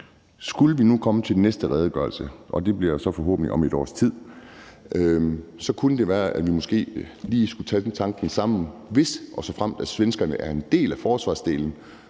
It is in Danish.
skulle vi nu komme til den næste redegørelse – og det bliver så forhåbentlig om et års tid – kunne det være, at vi sammen måske lige skulle have en tanke om, om det her, hvis og såfremt svenskerne er en del af forsvarsdelen,